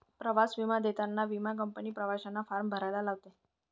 प्रवास विमा देताना विमा कंपनी प्रवाशांना फॉर्म भरायला लावते